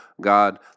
God